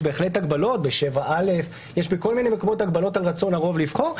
יש בהחלט הגבלות ב-7(א) ובכל מיני מקומות על רצון הרוב לבחור,